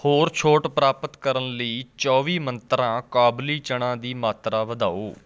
ਹੋਰ ਛੋਟ ਪ੍ਰਾਪਤ ਕਰਨ ਲਈ ਚੌਵੀ ਮੰਤਰਾਂ ਕਾਬੁਲੀ ਚਨਾ ਦੀ ਮਾਤਰਾ ਵਧਾਓ